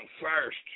first